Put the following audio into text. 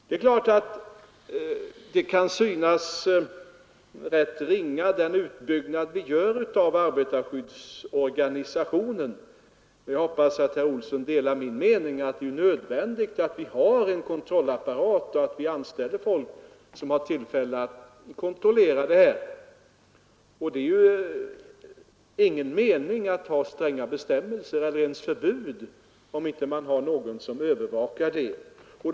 Det är klart att den utbyggnad vi gör i arbetarskyddsorganisationen kan synas rätt ringa, men jag hoppas att herr Olsson i Stockholm delar min uppfattning att det är nödvändigt att vi har en kontrollapparat och anställer folk som kan utföra kontrollen. Det är ju ingen mening i att ha stränga bestämmelser eller ens förbud, om man inte har någon som övervakar efterlevnaden.